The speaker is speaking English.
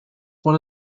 one